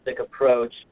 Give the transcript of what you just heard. approach